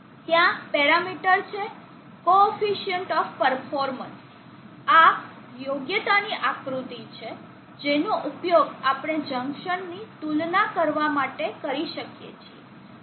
ત્યાં પેરામીટર છે coefficient of performance આ યોગ્યતાની આકૃતિ છે જેનો ઉપયોગ આપણે જંકશનની તુલના માટે કરી શકીએ છીએ